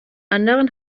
anderen